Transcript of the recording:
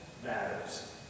Matters